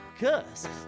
Cause